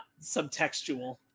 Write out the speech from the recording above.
subtextual